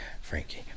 Frankie